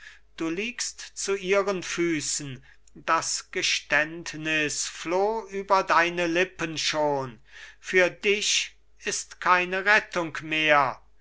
du liegst zu ihren füßen das geständnis floh über deine lippen schon für dich ist keine rettung mehr